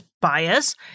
bias